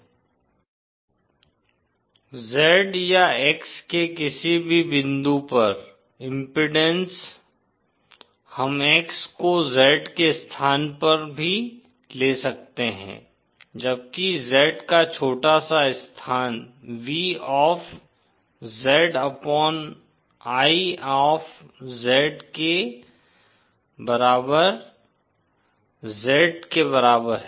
ZzVI Ve γz V eγzVz0e γz V Z0eγz Z या X के किसी भी बिंदु पर इम्पीडेन्स हम X को Z के स्थान पर भी ले सकते हैं जबकि Z का छोटा सा स्थान V of Z upon I of Z के Z के बराबर है